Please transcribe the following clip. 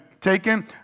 taken